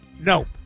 nope